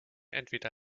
entweder